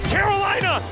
Carolina